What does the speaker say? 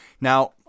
Now